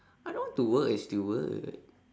I don't want to work as steward